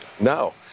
No